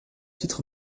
titre